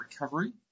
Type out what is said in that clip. recovery